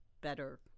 better